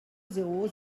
zéro